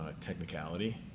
technicality